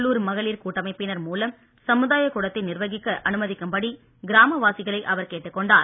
உள்ளூர் மகளிர் கூட்டமைப்பினர் மூலம் சமுதாய கூடத்தை நிர்வகிக்க அனுமதிக்கும்படி கிராமவாசிகளை அவர் கேட்டுக்கொண்டார்